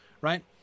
Right